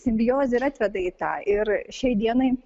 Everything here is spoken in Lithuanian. simbiozė ir atveda į tą ir šiai dienai